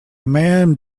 man